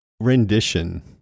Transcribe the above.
rendition